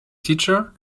teacher